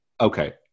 okay